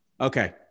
okay